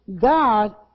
God